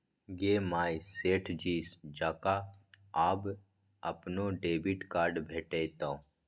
गे माय सेठ जी जकां आब अपनो डेबिट कार्ड भेटितौ